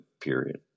period